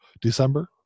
december